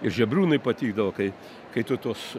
žebriūnui patikdavo kai kai tu tuos